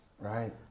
Right